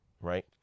right